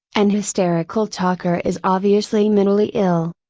an hysterical talker is obviously mentally ill.